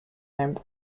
named